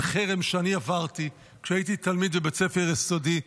על חרם שאני עברתי כשהייתי תלמיד בבית ספר יסודי.